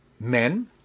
Men